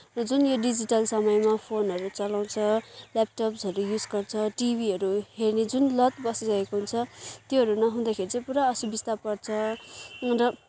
र जुन यो डिजिटल समयमा फोनहरू चलाउँछ ल्यापटप्सहरू युज गर्छ टिभीहरू हेर्ने जुन लत बसिसकेको हुन्छ त्योहरू नहुँदाखेरि चाहिँ पुरा असुविस्ता पर्छ र